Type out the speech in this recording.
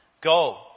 Go